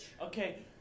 Okay